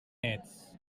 ets